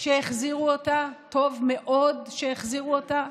שהחזירו אותה, טוב מאוד שהחזירו אותה,